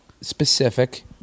specific